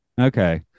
Okay